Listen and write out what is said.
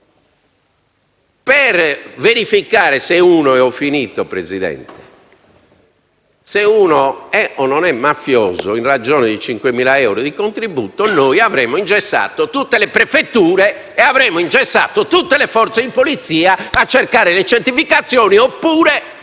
Per verificare se uno è o non è mafioso, in ragione di 5.000 euro di contributo, noi avremmo ingessato tutte le prefetture e avremmo ingessato tutte le forze di polizia a cercare le certificazioni altrimenti